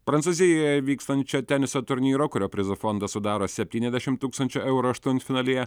prancūzijoje vykstančio teniso turnyro kurio prizų fondą sudaro septyniasdešim tūkstančių eurų aštuntfinalyje